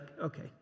okay